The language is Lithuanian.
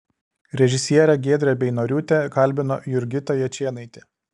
režisierę giedrę beinoriūtę kalbino jurgita jačėnaitė